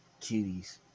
cuties